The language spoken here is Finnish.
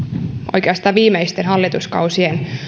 oikeastaan viimeisten hallituskausien